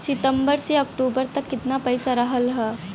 सितंबर से अक्टूबर तक कितना पैसा रहल ह?